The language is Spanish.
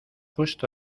puesto